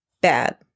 bad